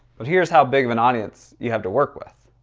but here's how big of an audience you have to work with.